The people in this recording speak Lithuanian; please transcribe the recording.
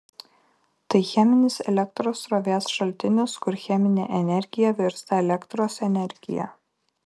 tai cheminis elektros srovės šaltinis kur cheminė energija virsta elektros energija